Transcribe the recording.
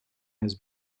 has